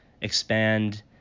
expand